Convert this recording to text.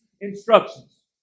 instructions